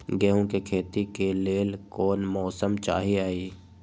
गेंहू के खेती के लेल कोन मौसम चाही अई?